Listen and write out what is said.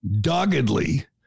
doggedly